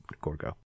Gorgo